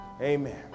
Amen